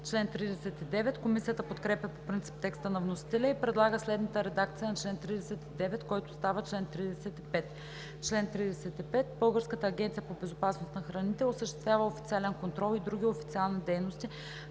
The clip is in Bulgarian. България“. Комисията подкрепя по принцип текста на вносителя и предлага следната редакция на чл. 39, който става чл. 35: „Чл. 35. Българската агенция по безопасност на храните осъществява официален контрол и други официални дейности